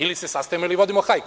Ili se sastajemo ili vodimo hajku.